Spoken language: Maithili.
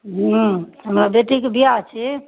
ह्म्म हमर बेटीके विवाह छी